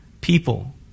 people